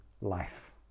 life